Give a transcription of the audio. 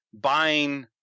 buying